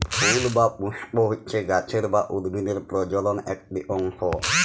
ফুল বা পুস্প হচ্যে গাছের বা উদ্ভিদের প্রজলন একটি অংশ